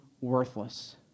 worthless